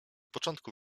początku